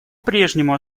прежнему